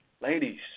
ladies